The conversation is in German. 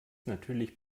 natürlich